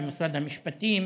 אתה ומשרד המשפטים